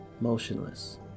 motionless